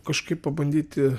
kažkaip pabandyti